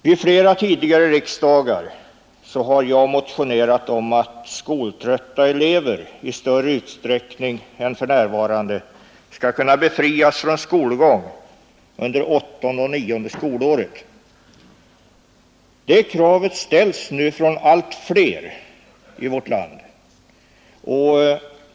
Vid flera tidigare riksdagar har jag motionerat om att skoltrötta elever i större utsträckning än för närvarande skall kunna befrias från skolgång under åttonde och nionde skolåret. Det kravet ställs nu från allt flera i vårt land.